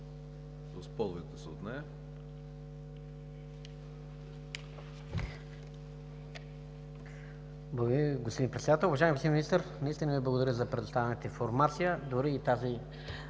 господин Председател! Уважаеми господин Министър, наистина Ви благодаря за представената информация, дори и тази,